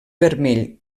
vermell